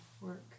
work